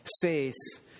face